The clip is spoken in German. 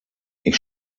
ich